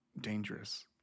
dangerous